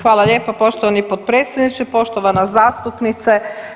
Hvala lijepa poštovani potpredsjedniče, poštovana zastupnice.